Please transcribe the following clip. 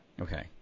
Okay